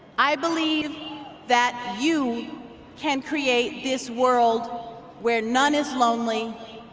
i believe that you can create this world where none is lonely,